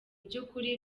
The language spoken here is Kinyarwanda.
by’ukuri